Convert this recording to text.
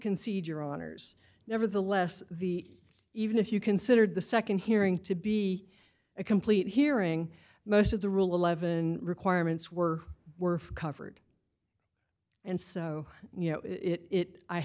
concede your honour's nevertheless the even if you considered the nd hearing to be a complete hearing most of the rule eleven requirements were were covered and so you know it i